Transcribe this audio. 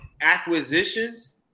acquisitions